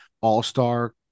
all-star